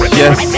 yes